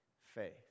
faith